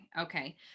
okay